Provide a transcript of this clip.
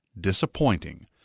disappointing